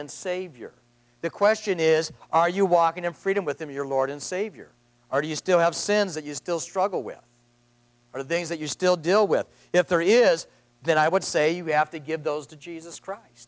and savior the question is are you walking in freedom within your lord and savior or do you still have sins that you still struggle with are the things that you still deal with if there is then i would say you have to give those to jesus christ